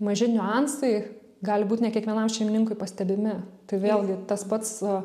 maži niuansai gali būt ne kiekvienam šeimininkui pastebimi tai vėlgi tas pats